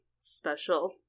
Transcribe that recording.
special